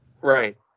Right